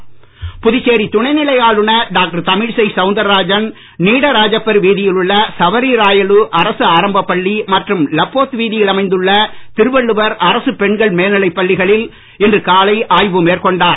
துணைநிலைஆளுநர் புதுச்சேரி துணை நிலை ஆளுநர் டாக்டர் தமிழிசை சவுந்தரராஜன் நீடராஜப்பர் வீதியில் உள்ள சவரிராயலு அரசு ஆரம்ப பள்ளி மற்றும் லப்போர்த் வீதியில் அமைந்துள்ள திருவள்ளுவர் அரசு பெண்கள் மேல் நிலை பள்ளிகளில் இன்று காலை ஆய்வு மேற்கொண்டார்